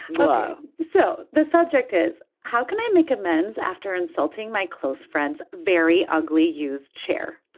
but so the subject is how can i make amends after insulting my close friends very ugly use chair.